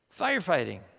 firefighting